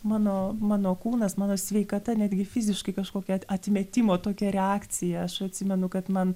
mano mano kūnas mano sveikata netgi fiziškai kažkokia atmetimo tokia reakcija aš atsimenu kad man